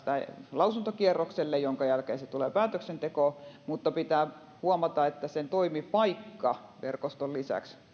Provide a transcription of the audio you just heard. lausuntokierrokselle jonka jälkeen se tulee päätöksentekoon mutta pitää huomata että sen toimipaikkaverkoston lisäksi